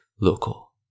local